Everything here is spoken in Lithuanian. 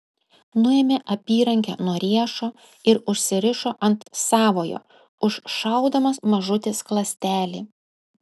nuėmė apyrankę nuo riešo ir užsirišo ant savojo užšaudamas mažutį skląstelį